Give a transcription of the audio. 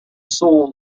soul